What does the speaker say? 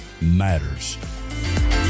matters